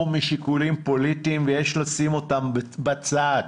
משיקולים פוליטיים ויש לשים אותם בצד.